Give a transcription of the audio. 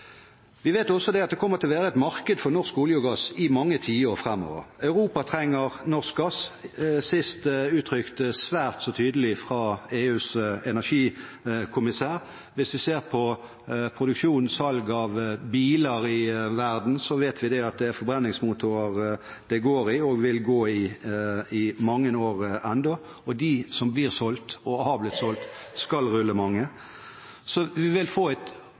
Vi vet også at det kommer til å være et marked for norsk olje og gass i mange tiår framover. Europa trenger norsk gass, sist uttrykt svært så tydelig fra EUs energikommissær. Hvis vi ser på produksjon/salg av biler i verden, vet vi at det er forbrenningsmotorer det går i og vil gå i i mange år ennå, og de som blir og har blitt solgt, skal rulle i mange år, så vi vil fortsatt få et